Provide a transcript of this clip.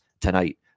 tonight